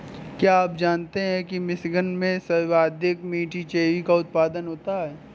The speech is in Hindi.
क्या आप जानते हैं कि मिशिगन में सर्वाधिक मीठी चेरी का उत्पादन होता है?